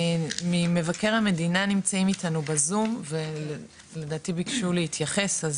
ממבקר המדינה נמצאים איתנו בזום ולדעתי ביקשו להתייחס,